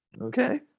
okay